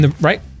right